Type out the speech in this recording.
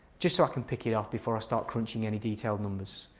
just so i can pick it off before i start crunching any detailed numbers.